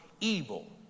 evil